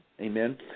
amen